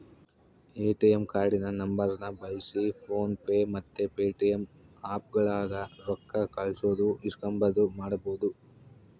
ATM ಕಾರ್ಡಿನ ನಂಬರ್ನ ಬಳ್ಸಿ ಫೋನ್ ಪೇ ಮತ್ತೆ ಪೇಟಿಎಮ್ ಆಪ್ಗುಳಾಗ ರೊಕ್ಕ ಕಳ್ಸೋದು ಇಸ್ಕಂಬದು ಮಾಡ್ಬಹುದು